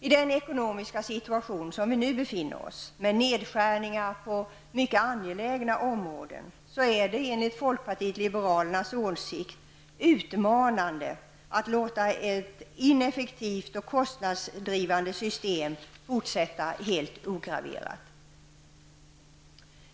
I den ekonomiska situation som vi nu befinner oss i och där nedskärningar görs på mycket angelägna områden är det, anser vi i folkpartiet liberalerna, utmanande att låta ett ineffektivt och kostnadsuppdrivande system fortsätta helt ograverat.